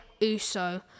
Uso